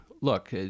look